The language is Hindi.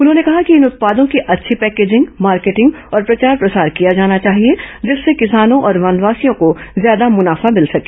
उन्होंने कहा कि इन उत्पादों की अच्छी पैकेजिंग मार्केटिंग और प्रचार प्रसार किया जाना चाहिए जिससे किसानों और वनवासियों को ज्यादा मुनाफा मिले